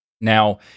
Now